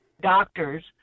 doctors